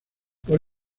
por